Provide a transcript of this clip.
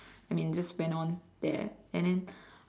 and it just went on there